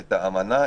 את האמנה,